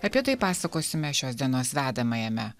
apie tai pasakosime šios dienos vedamajame